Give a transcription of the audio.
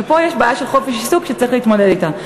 ופה יש בעיה של חופש עיסוק שצריך להתמודד אתה,